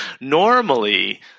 normally